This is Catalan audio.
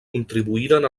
contribuïren